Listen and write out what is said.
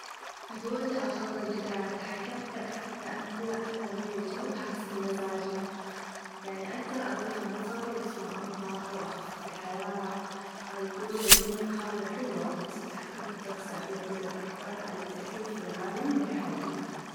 أقول أفظل القدره على التحكم في الطقس لإن كذا أقدر أغير الچو حسب مزاچي يعني أقدر أظيف المطر وقت ما أبغى أو أخفف الحراره القوه البدنيه الخارقه حلوه بس التحكم في الطقس يعطيني القدره أكبر على التأثير في العالم من حولي.